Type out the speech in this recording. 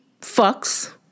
fucks